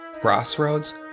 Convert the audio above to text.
Crossroads